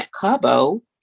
Cabo